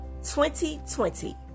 2020